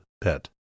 Pet